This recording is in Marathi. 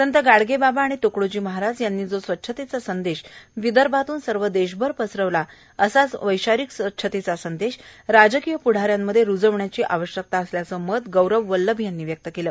संत गाडगेबाबा आणि त्कडोजी महाराज यांनी जो स्वच्छतेचा संदेश विदर्भातून सर्व देशभर पसरविला असाच वैचारीक स्वच्छतेचा संदेश राजकीय प्ढा यांमध्ये रूजण्याचे आवश्यक असल्याचे मत गौरव वल्लभ यांनी व्यक्त केले